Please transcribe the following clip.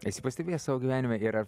esi pastebėjęs savo gyvenime ir